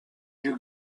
you